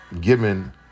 given